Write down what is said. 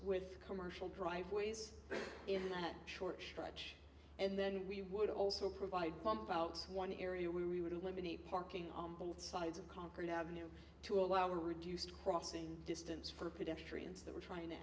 with commercial driveways in that short stretch and then we would also provide pump out one area we would eliminate parking on both sides of concord ave to allow reduced crossing distance for pedestrians that we're trying to